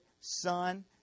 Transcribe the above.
Son